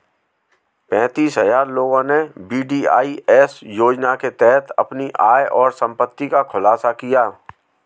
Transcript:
पेंतीस हजार लोगों ने वी.डी.आई.एस योजना के तहत अपनी आय और संपत्ति का खुलासा किया